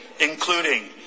including